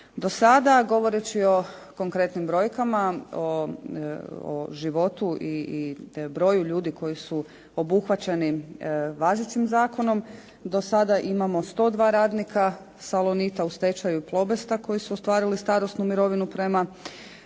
Do sada govoreći o konkretnim brojkama, o životu i broju ljudi koji su obuhvaćeni važećim zakonom do sada imamo 102 radnika "Salonita" u stečaju "Plobesta" koji su ostvarili starosnu mirovinu prema